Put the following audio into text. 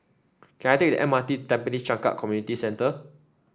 can I take the M R T to Tampines Changkat Community Centre